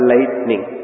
Lightning